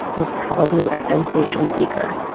you're probably a sensation seeker.